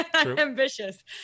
Ambitious